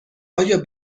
آیا